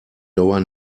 dauer